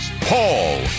Paul